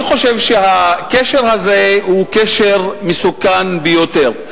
אני חושב שהקשר הזה הוא קשר מסוכן ביותר.